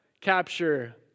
capture